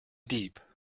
deep